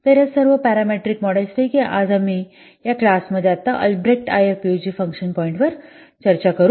तर त्या सर्व पॅरामीट्रिक मॉडेल्सपैकी आज आम्ही या क्लास मध्ये आत्ता अल्ब्रेक्ट आयएफपीयूजी फंक्शन पॉईंट वर चर्चा करू